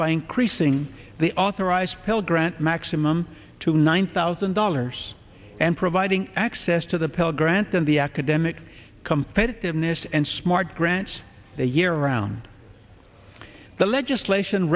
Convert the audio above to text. by increasing the authorized pell grant maximum to nine thousand dollars and providing access to the pell grant and the academic competitiveness and smart grants a year around the legislation